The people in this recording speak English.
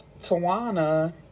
tawana